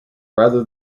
rather